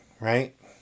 right